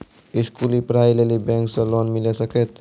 स्कूली पढ़ाई लेली बैंक से लोन मिले सकते?